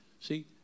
See